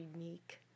unique